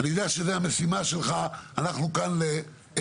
אני יודע שזו המשימה שלך, אנחנו כאן לעזרתך,